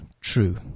true